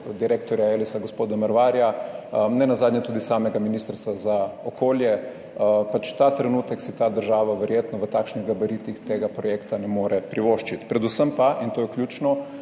direktorja Elesa gospoda Mervarja, nenazadnje tudi samega Ministrstva za okolje. Ta trenutek si ta država verjetno v takšnih gabaritih tega projekta ne more privoščiti. Predvsem pa, in to je ključno,